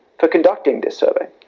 for conducting this survey